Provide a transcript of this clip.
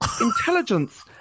intelligence